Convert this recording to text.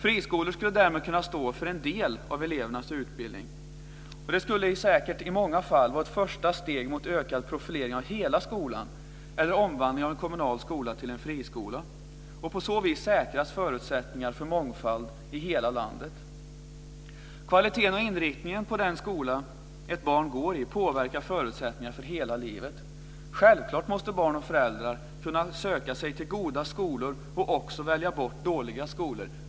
Friskolor skulle därmed kunna stå för en del av elevernas utbildning. Det skulle säkert i många fall vara ett första steg mot ökad profilering av hela skolan eller till omvandling av en kommunal skola till friskola. På så vis säkras förutsättningar för mångfald i hela landet. Kvaliteten och inriktningen på den skola ett barn går i påverkar förutsättningarna för hela livet. Självklart måste barn och föräldrar kunna söka sig till goda skolor och också välja bort dåliga skolor.